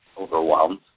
overwhelmed